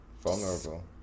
vulnerable